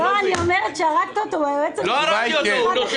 לא, אני אומרת שהרגת אותו, הוא היועץ המשפטי.